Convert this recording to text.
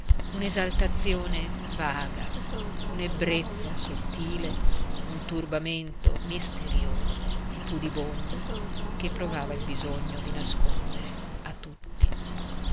un'esaltazione vaga un'ebbrezza sottile un turbamento misterioso e pudibondo che provava il bisogno di nascondere a tutti